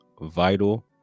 vital